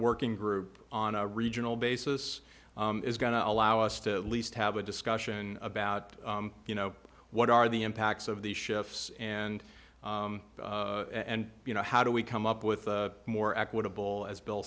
working group on a regional basis is going to allow us to least have a discussion about you know what are the impacts of these shifts and and you know how do we come up with a more equitable as bill